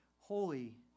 holy